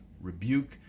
rebuke